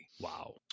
Wow